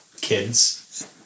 kids